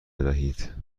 بدهید